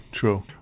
true